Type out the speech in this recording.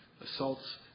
assaults